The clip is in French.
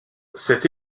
cette